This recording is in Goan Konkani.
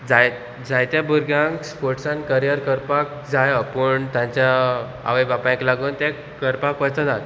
जाय जायत्या भुरग्यांक स्पोर्टसान करियर करपाक जायो पूण तांच्या आवय बापायक लागून ते करपाक वचनात